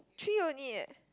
three only eh